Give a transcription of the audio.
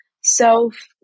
self